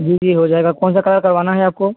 जी जी हो जाएगा कौन सा कलर करवाना है आपको